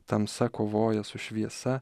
tamsa kovoja su šviesa